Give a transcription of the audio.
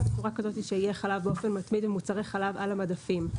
בצורה כזו שיהיה חלב באופן מתמיד ממוצרי חלב על המדפים.